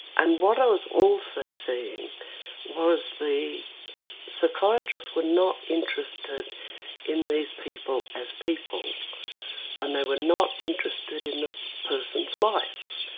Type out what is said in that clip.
and what i was also seeing was the psychiatrists were not interested in these people as people and they were not interested in the person's life.